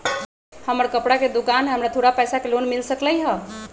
हमर कपड़ा के दुकान है हमरा थोड़ा पैसा के लोन मिल सकलई ह?